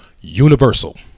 Universal